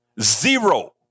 Zero